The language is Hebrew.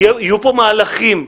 יהיו פה מהלכים,